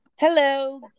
Hello